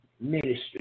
ministry